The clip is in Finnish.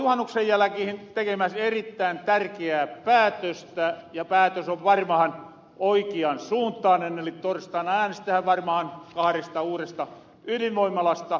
täällä ollahan juhannuksen jälkehen tekemässä erittäin tärkiää päätöstä ja päätös on varmahan oikian suuntaanen eli torstaina äänestetähän varmaan kahresta uuresta ydinvoimalasta